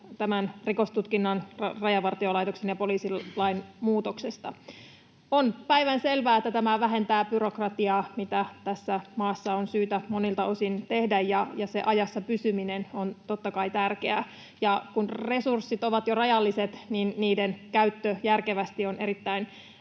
tästä Rajavartiolaitoksen ja poliisilain muutoksesta. On päivänselvää, että tämä vähentää byrokratiaa, mitä tässä maassa on syytä monilta osin tehdä, ja se ajassa pysyminen on totta kai tärkeää. Ja kun resurssit ovat jo rajalliset, niin niiden käyttö järkevästi on erittäin